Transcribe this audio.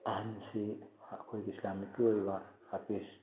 ꯑꯍꯟꯁꯤ ꯑꯩꯈꯣꯏꯒꯤ ꯏꯁꯂꯥꯃꯤꯛꯀꯤ ꯑꯣꯏꯕ ꯍꯥꯐꯤꯁ